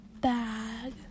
bag